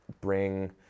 bring